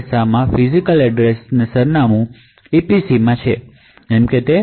પછી ફિજિકલસરનામું ઇપીસીમાં છે કે કેમ તે જોવાનું છે